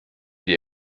die